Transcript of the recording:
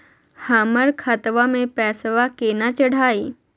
हमर खतवा मे पैसवा केना चढाई?